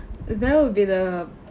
that will be the